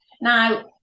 Now